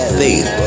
faith